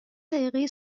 دقیقه